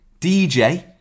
DJ